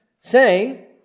say